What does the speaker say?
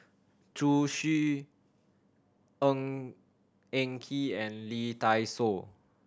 Zhu Xu Ng Eng Kee and Lee Dai Soh